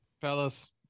fellas